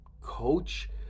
Coach